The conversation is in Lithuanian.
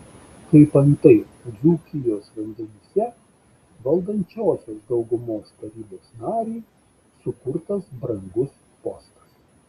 kaip antai dzūkijos vandenyse valdančiosios daugumos tarybos nariui sukurtas brangus postas